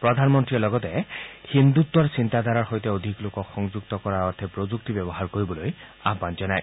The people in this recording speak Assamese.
প্ৰধানমন্ত্ৰীয়ে লগতে হিন্দুত্বৰ চিন্তাধাৰাৰ সৈতে অধিক লোকক সংযুক্ত কৰাৰ অৰ্থে প্ৰযুক্তি ব্যৱহাৰ কৰিবলৈ আহান জনায়